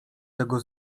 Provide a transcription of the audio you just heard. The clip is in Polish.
tego